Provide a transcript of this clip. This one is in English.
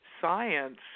science